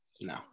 no